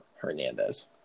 Hernandez